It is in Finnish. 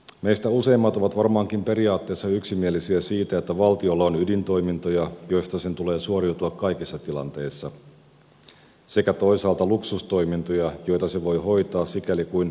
meistä useimmat ovat varmaankin periaatteessa yksimielisiä siitä että valtiolla on ydintoimintoja joista sen tulee suoriutua kaikissa tilanteissa sekä toisaalta luksustoimintoja joita se voi hoitaa sikäli kuin ylimääräistä rahaa on